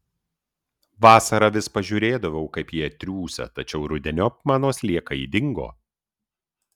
vasarą vis pažiūrėdavau kaip jie triūsia tačiau rudeniop mano sliekai dingo